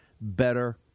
better